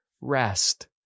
rest